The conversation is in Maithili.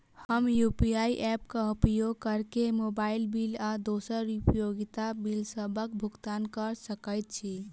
हम यू.पी.आई ऐप क उपयोग करके मोबाइल बिल आ दोसर उपयोगिता बिलसबक भुगतान कर सकइत छि